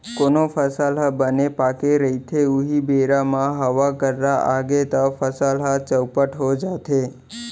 कोनो फसल ह बने पाके रहिथे उहीं बेरा म हवा गर्रा आगे तव फसल ह चउपट हो जाथे